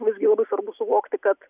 visgi labai svarbu suvokti kad